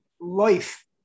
life